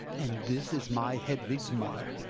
and this is my hedvig's mother.